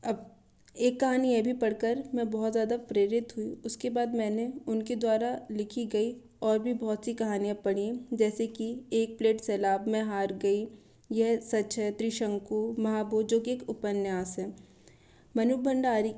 अब एक कहानी यह भी पढ़कर मैं बहुत ज़्यादा प्रेरित हुई उसके बाद मैंने उनके द्वारा लिखी गई और भी बहुत सी कहानियाँ पढ़ीं जैसे कि एक प्लेट सैलाब में हार गई येह सच है त्रिशंकु महाभूजो कि एक उपन्यास है मनू भंडारी